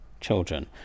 children